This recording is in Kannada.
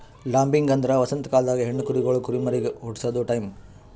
ಲಾಂಬಿಂಗ್ ಅಂದ್ರ ವಸಂತ ಕಾಲ್ದಾಗ ಹೆಣ್ಣ ಕುರಿಗೊಳ್ ಕುರಿಮರಿಗ್ ಹುಟಸದು ಟೈಂ